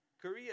Korea